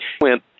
went